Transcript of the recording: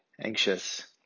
anxious